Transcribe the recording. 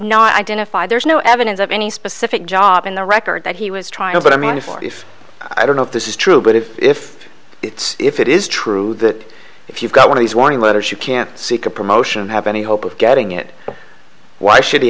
not identify there's no evidence of any specific job in the record that he was trying to but i mean if if i don't know if this is true but if if it's if it is true that if you've got one of these warning letters you can seek a promotion have any hope of getting it why should he